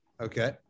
Okay